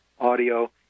audio